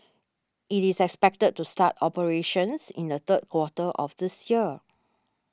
it is expected to start operations in the third quarter of this year